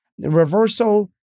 Reversal